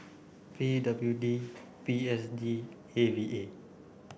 P W D P S D A V A